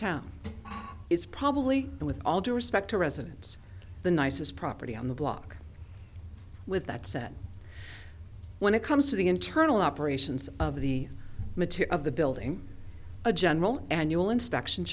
town is probably with all due respect to residents the nicest property on the block with that said when it comes to the internal operations of the material of the building a general annual inspection